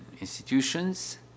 institutions